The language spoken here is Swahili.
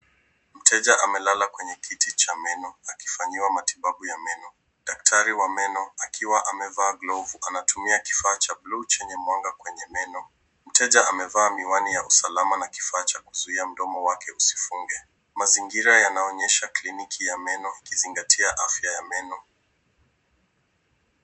Mteja amelala kwenye kiti cha meno akifanyiwa matibabu ya meno. Daktari wa meno akiwa amevaa glovu anatumia kifaa cha buluu chenye mwanga kwenye meno. Mteja amevaa miwani ya usalama na kifaa cha kuzuia mdomo wake usifunge. Mazingira yanaonyesha kliniki ya meno ikizingatia afya ya meno.